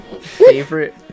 Favorite